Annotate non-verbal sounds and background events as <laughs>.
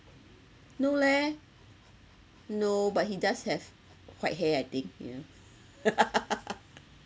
no leh no but he does have white hair I think ya <laughs>